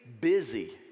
busy